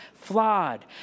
Flawed